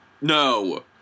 No